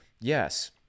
Yes